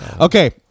Okay